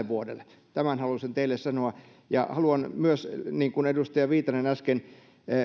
vuodelle tämän halusin teille sanoa haluan myös niin kuin edustaja viitanen äsken